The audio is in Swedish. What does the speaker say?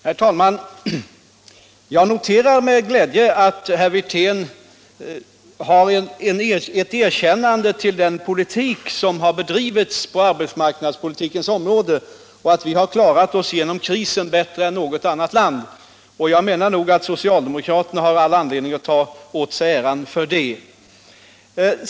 Herr talman! Jag noterar med glädje att herr Wirtén uttalar sitt erkännande för arbetsmarknadspolitiken som har inneburit att vi klarat oss genom krisen bättre än något annat land. Jag menar nog att socialdemokraterna har all anledning att ta åt sig äran för det.